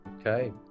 Okay